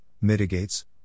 mitigates